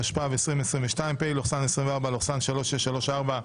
התשפ"ב-2022 (פ/3634/24)